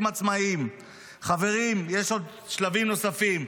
חברים, יש שלבים נוספים.